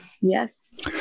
Yes